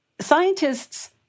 Scientists